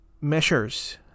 measures